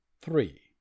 three